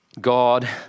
God